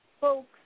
folks